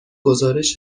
گزارش